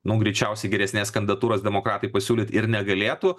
nu greičiausiai geresnės kandidatūros demokratai pasiūlyt ir negalėtų